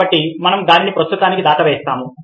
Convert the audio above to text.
కాబట్టి మనం దానిని ప్రస్తుతానికి దాటవేస్తాము